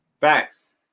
Facts